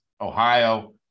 Ohio